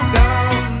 down